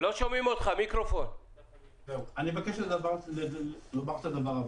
אני מבקש לומר את הדבר הבא: